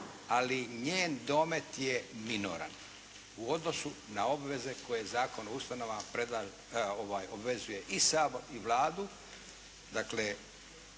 ali njen domet je minoran u odnosu na obveze koje Zakon o ustanovama obvezuje i Sabor i